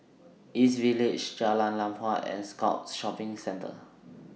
East Village Jalan Lam Huat and Scotts Shopping Centre